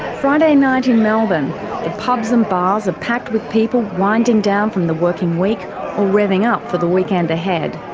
friday night in melbourne. the pubs and bars are packed with people winding down from the working week or revving up for the weekend ahead.